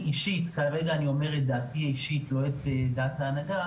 כרגע אני אומר את דעתי האישית, לא את דעת ההנהגה.